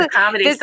comedy